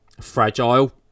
fragile